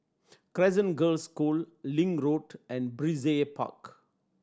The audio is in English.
Crescent Girls' School Link Road and Brizay Park